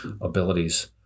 abilities